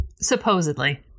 supposedly